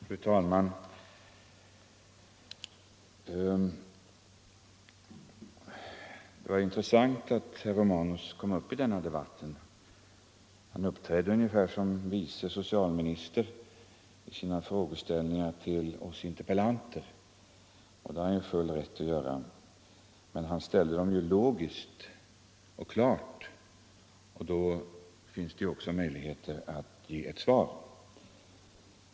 Fru talman! Det var intressant att höra herr Romanus i den här debatten. Han uppträdde ungefär som en vice socialminister med sina frågeställningar till oss interpellanter — och det har han naturligtvis full rätt att göra — men han ställde dem logiskt och klart, och därför finns det också möjlighet att ge svar på dem.